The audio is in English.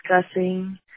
discussing